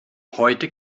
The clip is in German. heute